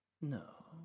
No